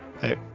Hey